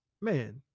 man